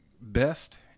best